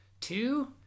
two